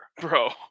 Bro